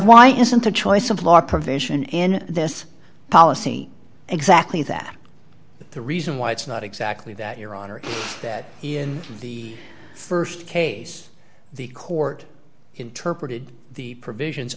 why isn't the choice of law provision in this policy exactly that the reason why it's not exactly that your honor that in the st case the court interpreted the provisions